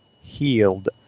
healed